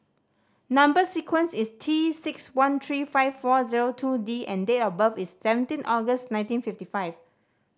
number sequence is T six one three five four zero two D and date of birth is seventeen August nineteen fifty five